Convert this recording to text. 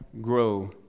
grow